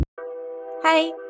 hi